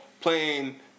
playing